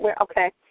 okay